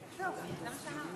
אתה פעיל היום,